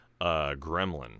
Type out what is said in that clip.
Gremlin